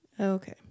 okay